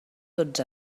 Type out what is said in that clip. tots